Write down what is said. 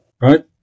right